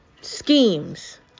schemes